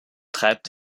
treibt